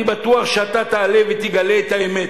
אני בטוח שאתה תעלה ותגלה את האמת.